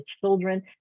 children